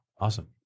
Awesome